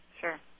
Sure